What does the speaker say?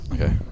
Okay